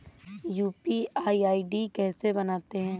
UPI ID कैसे बनाते हैं?